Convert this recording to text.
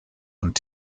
und